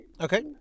Okay